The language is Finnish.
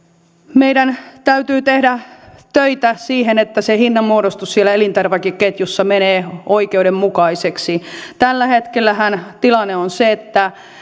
meidän täytyy tehdä töitä niin että hinnanmuodostus elintarvikeketjussa menee oikeudenmukaiseksi tällä hetkellähän tilanne on se että